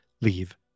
leave